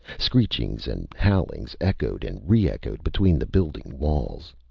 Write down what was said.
screechings and howlings echoed and re-echoed between the building walls.